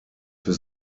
für